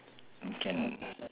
can